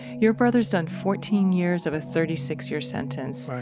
your brother's done fourteen years of a thirty six year sentence,